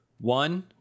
One